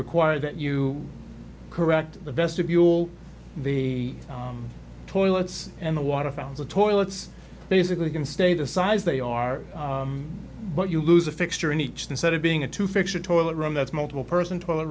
require that you correct the vestibule the toilets and the water found the toilets basically can stay the size they are but you lose a fixture in each instead of being a two fixture toilet room that's multiple person